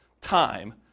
time